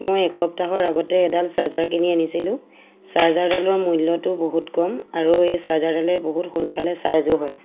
মই এসপ্তাহৰ আগতে এডাল চাৰ্জাৰ কিনি আনিছিলোঁ চাৰ্জাৰডালৰ মূল্যটো বহুত কম আৰু এই চাৰ্জাৰডালে বহুত সোনকালে চাৰ্জো হয়